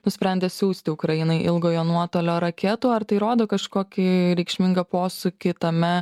nusprendė siųsti ukrainai ilgojo nuotolio raketų ar tai rodo kažkokį reikšmingą posūkį tame